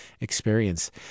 experience